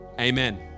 amen